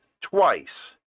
twice